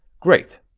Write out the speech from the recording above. great.